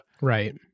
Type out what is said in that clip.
Right